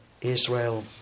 Israel